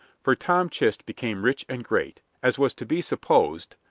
for tom chist became rich and great, as was to be supposed,